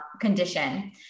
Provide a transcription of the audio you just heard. condition